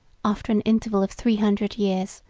after an interval of three hundred years,